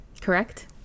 Correct